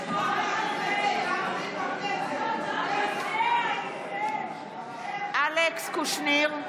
(קוראת בשם חבר הכנסת) אלכס קושניר,